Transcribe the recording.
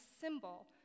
symbol